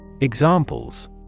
examples